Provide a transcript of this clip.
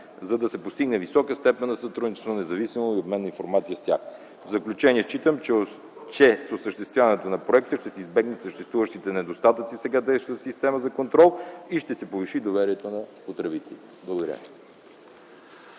за да се постигне висока степен на сътрудничество и независим обмен на информация с тях. В заключение считам, че с осъществяването на проекта ще се избегнат съществуващите недостатъци в сега действащата система за контрол и ще се повиши доверието на потребителите.